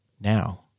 now